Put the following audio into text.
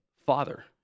father